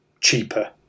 cheaper